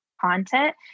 content